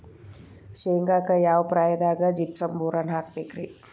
ಶೇಂಗಾಕ್ಕ ಯಾವ ಪ್ರಾಯದಾಗ ಜಿಪ್ಸಂ ಬೋರಾನ್ ಹಾಕಬೇಕ ರಿ?